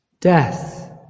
death